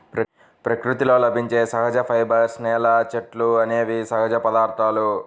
ప్రకృతిలో లభించే సహజ ఫైబర్స్, నేల, చెట్లు అనేవి సహజ పదార్థాలు